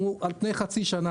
הוא על פני חצי שנה.